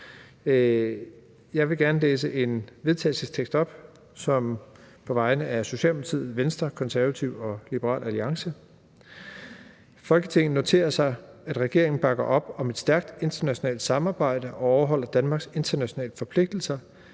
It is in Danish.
Jeg vil gerne læse en vedtagelsestekst op, og det er på vegne af Socialdemokratiet, Venstre, Konservative og Liberal Alliance, jeg fremsætter følgende: Forslag til vedtagelse »Folketinget noterer sig, at regeringen bakker op om et stærkt internationalt samarbejde og overholder Danmarks internationale forpligtigelser,